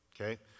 okay